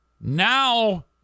Now